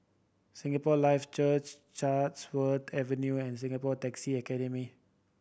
Singapore Life Church Chatsworth Avenue and Singapore Taxi Academy